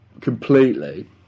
completely